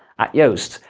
at yoast,